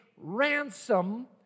ransom